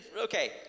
okay